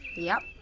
yep?